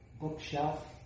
bookshelf